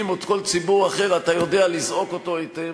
או כל ציבור אחר אתה יודע לזעוק אותו היטב.